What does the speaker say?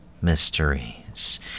Mysteries